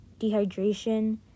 dehydration